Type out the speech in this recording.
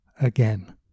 again